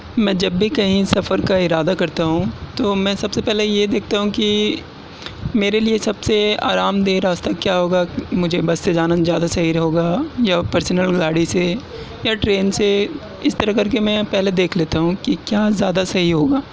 میں جب بھی کہیں سفر کا ارادہ کرتا ہوں تو میں سب سے پہلے یہ دیکھتا ہوں کہ میرے لئے سب سے آرام دہ راستہ کیا ہوگا مجھے بس سے جانا زیادہ صحیح ہوگا یا پرسنل گاڑی سے یا ٹرین سے اس طرح کر کے میں پہلے دیکھ لیتا ہوں کہ کیا زیادہ صحیح ہوگا